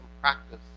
practice